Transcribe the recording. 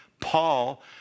Paul